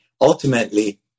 Ultimately